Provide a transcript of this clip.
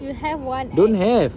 you have one ex